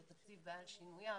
זה תקציב בעל שינוייו,